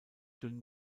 dünn